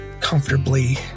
comfortably